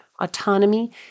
autonomy